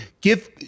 Give